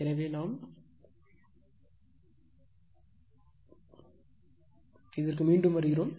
எனவே நாம் இதற்கு மீண்டும் வருவோம்